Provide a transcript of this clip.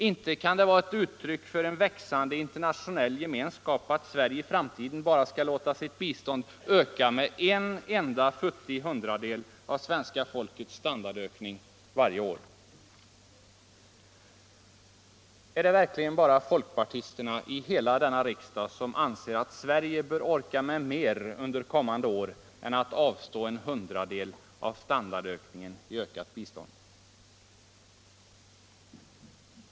Inte kan det vara ett uttryck för en växande internationell gemenskap att Sverige i framtiden bara skall låta sitt bistånd öka med en enda futtig hundradel av svenska folkets standardökning varje år. Är det verkligen bara folkpartisterna i hela denna riksdag som anser att Sverige bör orka med mer under kommande år än att avstå en hundradel av standardökningen i ökat bistånd?